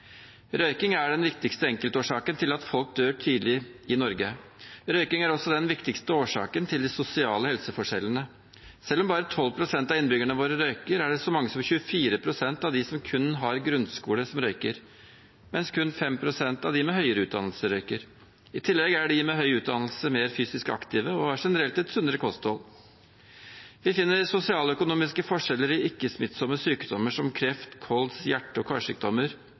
Røyking er den viktigste enkeltårsaken til at folk dør tidlig i Norge. Røyking er også den viktigste årsaken til sosiale helseforskjeller. Selv om bare 12 pst. av innbyggerne våre røyker, er det så mange som 24 pst. av dem som kun har grunnskole, som røyker, mens kun 5 pst. av dem med høyere utdannelse røyker. I tillegg er de med høy utdannelse mer fysisk aktive og har generelt et sunnere kosthold. Vi finner sosioøkonomiske forskjeller for ikke-smittsomme sykdommer som kreft, kols, hjerte- og karsykdommer,